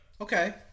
Okay